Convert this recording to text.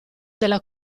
della